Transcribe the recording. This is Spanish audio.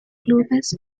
clubes